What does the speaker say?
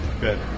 good